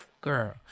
girl